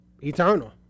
Eternal